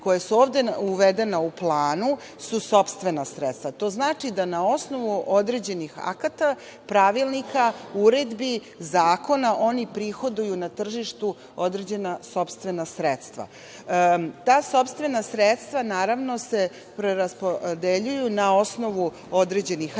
koja su ovde uvedena u planu su sopstvena sredstva. To znači da na osnovu određenih akata, pravilnika, uredbi, zakona oni prihoduju na tržištu određena sopstvena sredstva. Ta sopstvena sredstva, naravno, se preraspodeljuju na osnovu određenih rashoda